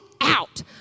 out